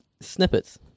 snippets